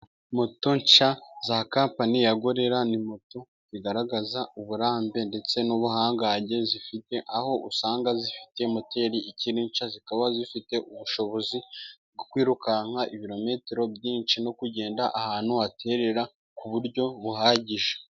Moto nshya za kampani ya gorira, ni moto zigaragaza uburambe ndetse n'ubuhangange zifite. Aho usanga zifite moteri ikiri nshya zikaba zifite ubushobozi bwo kwirukanka ibirometero byinshi no kugenda ahantu haterera ku buryo buhagije.